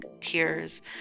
tears